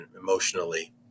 emotionally